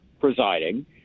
presiding